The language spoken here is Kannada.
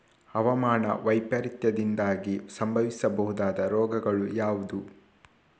ಹವಾಮಾನ ವೈಪರೀತ್ಯದಿಂದಾಗಿ ಸಂಭವಿಸಬಹುದಾದ ರೋಗಗಳು ಯಾವುದು?